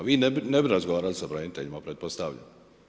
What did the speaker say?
Vi ne bi razgovarali sa braniteljima, pretpostavljam?